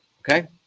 okay